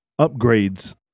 upgrades